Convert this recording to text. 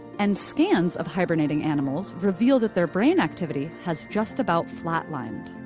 and scans of hibernating animals reveal that their brain activity has just about flat-lined.